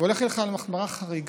והולך איתך על החמרה חריגה,